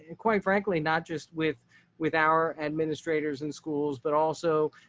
and quite frankly, not just with with our administrators in schools, but also,